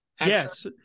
Yes